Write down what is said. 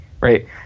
right